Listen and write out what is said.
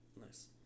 Nice